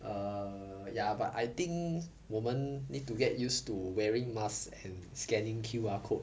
err ya but I think 我们 need to get used to wearing masks and scanning Q_R code